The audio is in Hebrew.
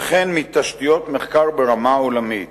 וכן מתשתיות מחקר ברמה עולמית.